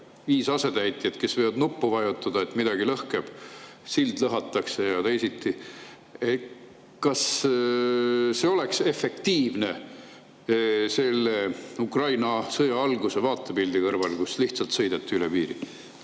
viis asetäitjat, kes võivad nuppu vajutada, et midagi lõhkeks, sild lõhataks, siis kas see oleks efektiivne selle Ukraina sõja alguse vaatepildiga [võrreldes], kus lihtsalt sõideti üle piiri?